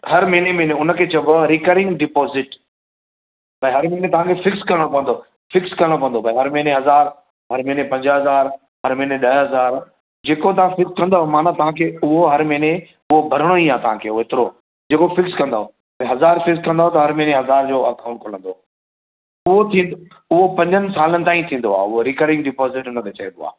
हर महीने महीने हुन खे चइबो आहे रिकरिंग डिपॉज़िट भई हर महीने तव्हांखे फ़िक्स करणो पवंदो फ़िक्स करणो पवंदो भई हर महीने हज़ार हर महीने पंज हज़ार हर महीने ॾह हज़ार जेको तव्हां फ़िक्स कंदो माना तव्हांखे उहो हर महीने उहो भरिणो ई आहे तव्हांखे होतिरो जेको फ़िक्स कंदो भई हज़ार फ़िक्स कंदो त हर महीने हज़ार जो अकाउंट खुलंदो उहो थींदो उहो पंजनि सालनि ताईं थींदो आहे उहो रिकरिंग डिपॉज़िट हुन खे चइबो आहे